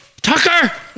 Tucker